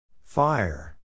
Fire